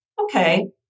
Okay